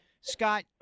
Scott